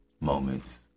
moments